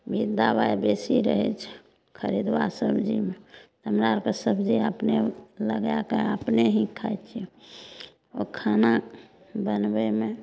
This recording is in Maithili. भी दबाइ बेसी रहैत छै खरीदुआ सबजीमे हमरा आरके सबजी अपने लगायके अपने ही खाय छियै ओ खाना बनबैमे